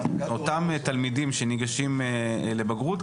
אותם תלמידים שניגשים לבגרות,